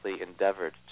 endeavored